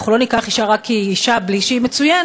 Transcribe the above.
אנחנו לא ניקח אישה רק כי היא אישה בלי שהיא מצוינת,